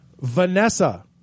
Vanessa